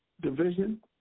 division